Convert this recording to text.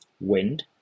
wind